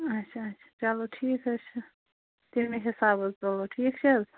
اچھا اچھا چلو ٹھیٖک حظ چھُ تٔمی حِساب حظ تُلو ٹھیٖک چھِ حظ